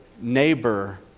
neighbor